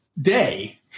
day